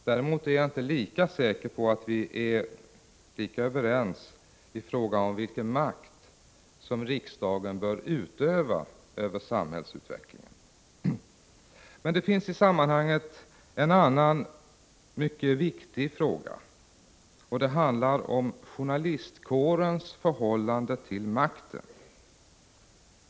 Däremot är jag inte säker på att vi är lika överens i fråga om vilken makt riksdagen bör utöva över samhällsutvecklingen. Det finns emellertid i sammanhanget en annan mycket viktig fråga. Det handlar om journalistkårens förhållande till makten.